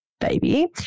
baby